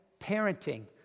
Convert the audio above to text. Parenting